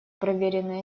проверенная